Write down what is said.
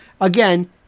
again